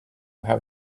how